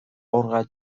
orga